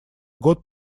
год